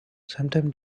sometime